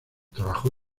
trabajó